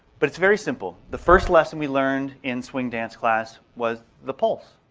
but it's very simple. the first lesson we learned in swing dance class was the pulse.